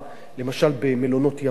למשל במלונות ים-המלח,